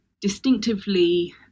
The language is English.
distinctively